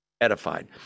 edified